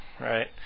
right